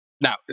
Now